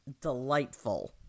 delightful